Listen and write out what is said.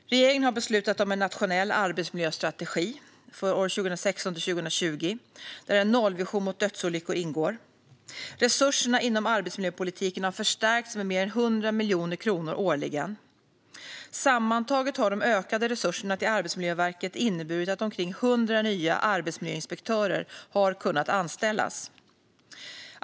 Regeringen har beslutat om en nationell arbetsmiljöstrategi för 2016-2020, där en nollvision mot dödsolyckor ingår. Resurserna inom arbetsmiljöpolitiken har förstärkts med mer än 100 miljoner kronor årligen. Sammantaget har de ökade resurserna till Arbetsmiljöverket inneburit att omkring 100 nya arbetsmiljöinspektörer har kunnat anställas.